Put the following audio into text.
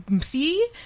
see